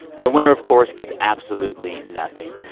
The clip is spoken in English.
the winner, of course, gets absolutely nothing.